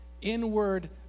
inward